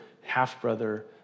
half-brother